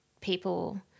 people